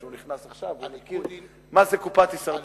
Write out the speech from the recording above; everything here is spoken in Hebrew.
הוא מכיר מה זה קופת הישרדות.